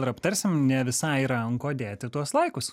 ir aptarsim ne visai yra ant ko dėti tuos laikus